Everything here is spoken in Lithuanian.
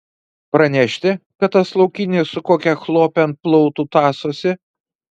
pranešti kad tas laukinis su kokia chlope ant plautų tąsosi